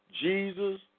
Jesus